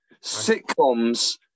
Sitcoms